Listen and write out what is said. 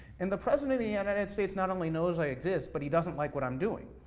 and the president of the united states not only knows i exist, but he doesn't like what i'm doing.